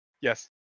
Yes